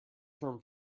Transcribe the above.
term